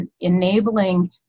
enabling